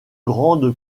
grande